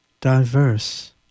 Diverse